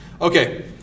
Okay